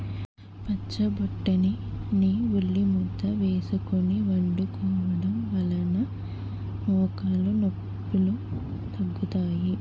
పచ్చబొటాని ని ఉల్లిముద్ద వేసుకొని వండుకోవడం వలన మోకాలు నొప్పిలు తగ్గుతాయి